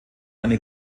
eine